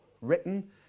written